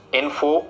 info